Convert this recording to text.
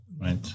Right